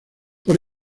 por